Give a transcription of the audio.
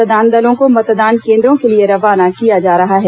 मतदान दलों को मतदान केन्द्रों के लिए रवाना किया जा रहा है